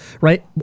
right